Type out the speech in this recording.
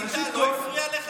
ווליד טאהא לא הפריע לך?